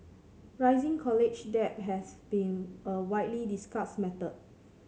rising college debt has been a widely discussed matter